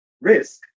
risk